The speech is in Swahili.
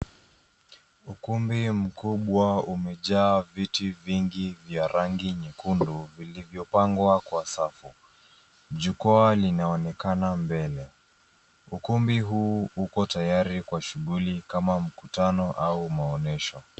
Ukumbi mkubwa umejaa viti vingi vya rangi nyekundu vilivyopangwa kwa safu. Jukwaa linaonekana mbele. Ukumbi huu uko tayari kwa shughuli kama mkutano au maonesho.